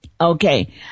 Okay